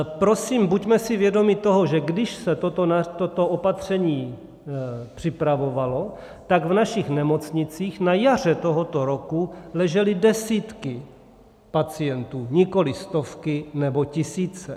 Prosím, buďme si vědomi toho, že když se toto opatření připravovalo, tak v našich nemocnicích na jaře tohoto roku ležely desítky pacientů, nikoli stovky nebo tisíce.